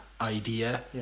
idea